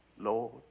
lord